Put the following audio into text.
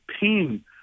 pain